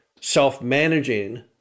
self-managing